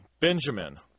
Benjamin